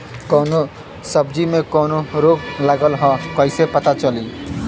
कौनो सब्ज़ी में कवन रोग लागल ह कईसे पता चली?